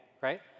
right